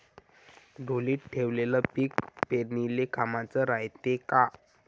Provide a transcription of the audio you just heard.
ढोलीत ठेवलेलं पीक पेरनीले कामाचं रायते का?